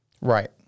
Right